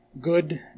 Good